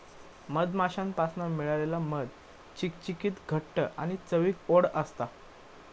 मधमाश्यांपासना मिळालेला मध चिकचिकीत घट्ट आणि चवीक ओड असता